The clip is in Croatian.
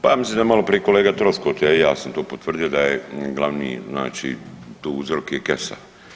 Pa ja mislim da je maloprije kolega Troskot, a i ja sam to potvrdio da je glavni znači tu uzrok je kesa.